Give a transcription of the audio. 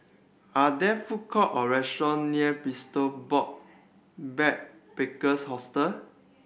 are there food court or restaurant near Box Backpackers Hostel